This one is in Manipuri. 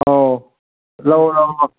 ꯑꯧ ꯂꯧ ꯂꯧ ꯂꯧ